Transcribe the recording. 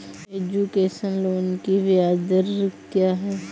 Education loan की ब्याज दर क्या है?